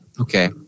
okay